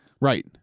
Right